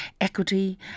equity